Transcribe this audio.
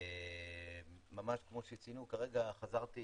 כפי שציינו, חזרתי